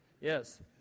Yes